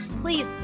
Please